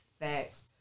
facts